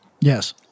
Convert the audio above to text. Yes